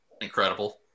incredible